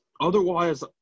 Otherwise –